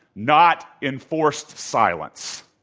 not enforced silence.